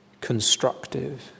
constructive